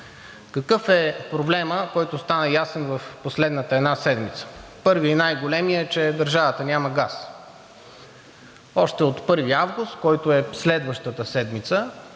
Какъв е проблемът, който стана ясен в последната една седмица? Първият и най-големият е, че държавата няма газ. Още от 1 август, който е следващата седмица,